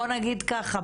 בוא נגיד ככה,